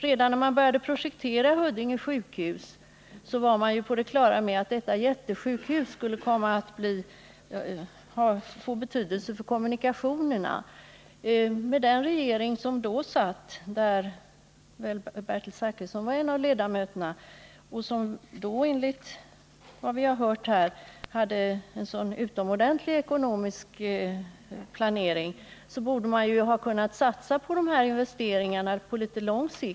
Redan när man började projektera Huddinge sjukhus var man på det klara med att detta jättesjukhus skulle få betydelse för kommunikationerna. Den dåvarande regeringen, i vilken Bertil Zachrisson var en av ledamöterna, hade ju, enligt vad vi har hört här, en så utomordentlig ekonomisk planering. Då borde man väl ha kunnat satsa på de här investeringarna på litet längre sikt.